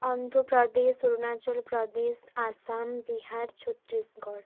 Andhra Pradesh Arunachal Pradesh Assam Bihar Chhattisgarh